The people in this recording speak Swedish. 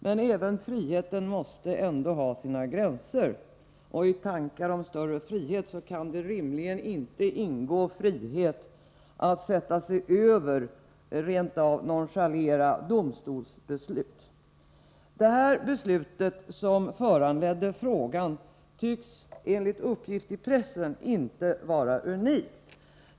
Men även friheten måste ändå ha sina gränser, och i tankar om större frihet kan det rimligen inte ingå frihet att sätta sig över, rent av nonchalera, domstolsbeslut. Det fall som föranledde min fråga tycks enligt uppgifter i pressen inte vara unikt.